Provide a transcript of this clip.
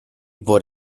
por